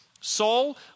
Saul